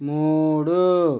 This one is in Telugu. మూడూ